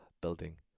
building